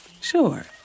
Sure